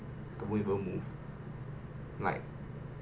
I won't even move like